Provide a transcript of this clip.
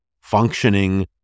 functioning